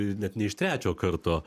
net ne iš trečio karto